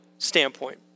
standpoint